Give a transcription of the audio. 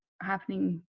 happening